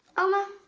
oma?